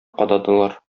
кададылар